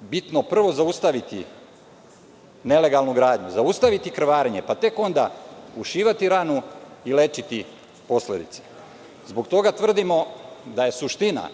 bitno prvo zaustaviti nelegalnu gradnju, zaustaviti krvarenje, pa tek onda ušivati ranu i lečiti posledice. Zbog toga tvrdimo da je suština